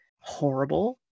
horrible